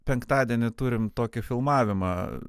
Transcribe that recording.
penktadienį turim tokį filmavimą